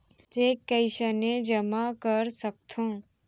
Cheque कईसने जेमा कर सकथो?